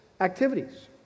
activities